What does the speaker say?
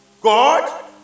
God